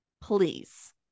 please